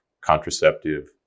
contraceptive